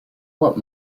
what